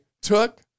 took